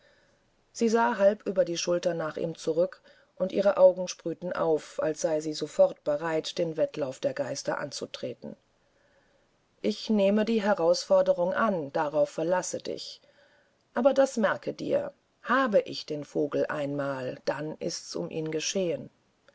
sie sah halb über die schulter nach ihm zurück und ihre augen sprühten auf als sei sie sofort bereit den wettlauf der geister anzutreten ich nehme die herausforderung an darauf verlasse dich aber das merke dir habe ich den vogel einmal dann ist's um ihn geschehen